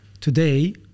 Today